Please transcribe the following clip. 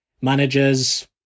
managers